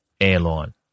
airline